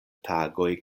tagoj